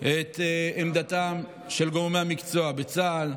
את עמדתם של גורמי המקצוע בצה"ל,